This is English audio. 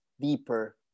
deeper